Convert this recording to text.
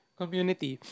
community